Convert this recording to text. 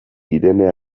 irene